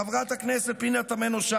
חברת הכנסת פנינה תמנו,